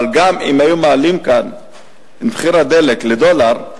אבל אם היו מעלים כאן את מחיר הדלק לדולר,